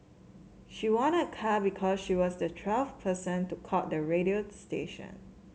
she won a car because she was the twelfth person to call the radio station